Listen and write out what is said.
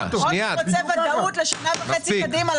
האחרונות או שהוא רוצה ודאות לשנה וחצי קדימה,